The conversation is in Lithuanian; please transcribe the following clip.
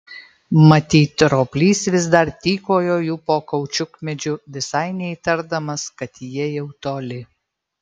matyt roplys vis dar tykojo jų po kaučiukmedžiu visai neįtardamas kad jie jau toli